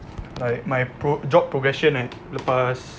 like my job progression kan lepas